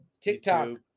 tiktok